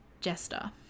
jester